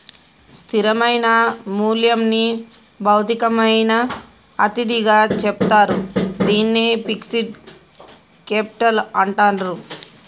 స్థిరమైన మూల్యంని భౌతికమైన అతిథిగా చెప్తారు, దీన్నే ఫిక్స్డ్ కేపిటల్ అంటాండ్రు